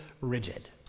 rigid